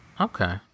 Okay